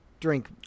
drink